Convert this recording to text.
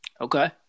Okay